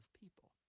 people